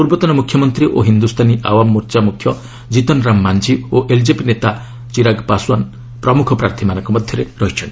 ପୂର୍ବତନ ମୁଖ୍ୟମନ୍ତ୍ରୀ ଓ ହିନ୍ଦୁସ୍ତାନୀ ଆୱାମ୍ ମୋର୍ଚ୍ଚା ମୁଖ୍ୟ କୀତନ ରାମ ମାନ୍ଝୀ ଓ ଏଲ୍ଜେପି ନେତା ଚିରାଗ୍ ପାଶୱାନ୍ ପ୍ରମୁଖ ପ୍ରାର୍ଥୀମାନଙ୍କ ମଧ୍ୟରେ ଅଛନ୍ତି